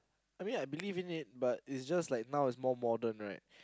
I mean I believe in it but it's just like now is more modern right